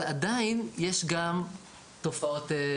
אבל עדיין, יש גם תופעות לוואי,